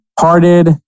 parted